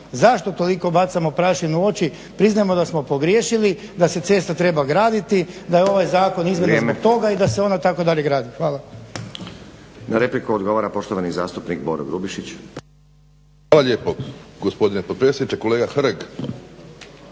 zašto toliko bacamo prašinu u oči. Priznajno da smo pogriješili, da se cesta treba graditi, da je ovaj zakon izmijenjen zbog toga i da se ona tako dalje gradi. Hvala. **Stazić, Nenad (SDP)** Na repliku odgovara poštovani zastupnik Boro Grubišić. **Grubišić, Boro (HDSSB)** Hvala lijepo